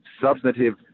substantive